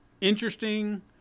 interesting